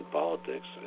politics